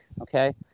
Okay